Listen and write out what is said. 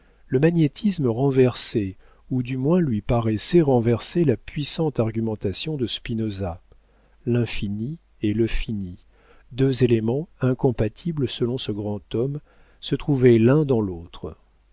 le magnétisme renversait ou du moins lui paraissait renverser la puissante argumentation de spinosa l'infini et le fini deux éléments incompatibles selon ce grand homme se trouvaient l'un dans l'autre